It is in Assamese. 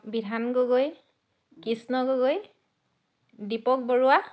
বিধান গগৈ কৃষ্ণ গগৈ দীপক বৰুৱা